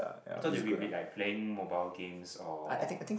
I thought they will like playing mobile games or